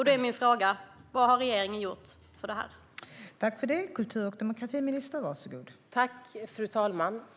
Då är min fråga: Vad har regeringen gjort för att motverka detta?